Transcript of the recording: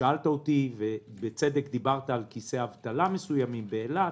שאלת אותי ובצדק דיברת על כיסי אבטלה מסוימים באילת.